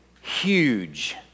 huge